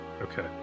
Okay